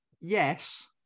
Yes